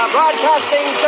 Broadcasting